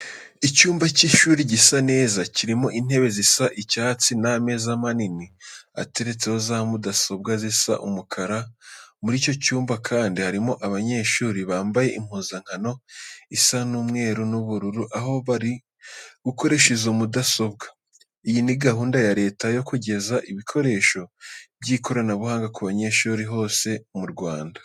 Icyumba cy'ishuri gisa neza, kirimo intebe zisa icyatsi n'ameza manini ateretseho za mudasobwa zisa umukara. Muri icyo cyumba kandi harimo abanyeshuri bambaye impuzankano isa umweru n'ubururu, aho bari gukoresha izo mudasobwa. Iyi ni gahunda ya Leta yo kugeza ibikoresho by'ikoranabuhanga ku banyeshuri hose mu Rwanda.